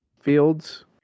fields